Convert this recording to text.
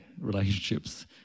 relationships